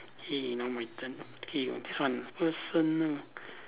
K now my turn okay this one personal